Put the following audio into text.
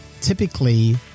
typically